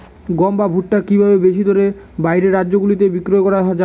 গম বা ভুট্ট কি ভাবে বেশি দরে বাইরের রাজ্যগুলিতে বিক্রয় করা য়ায়?